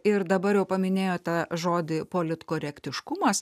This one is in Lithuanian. ir dabar jau paminėjot tą žodį politkorektiškumas